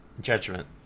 Judgment